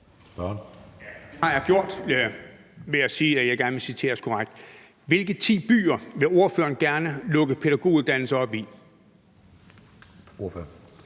Hvilke ti byer vil ordføreren gerne åbne pædagoguddannelser i?